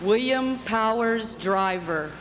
william powers driver